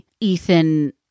Ethan